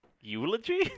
Eulogy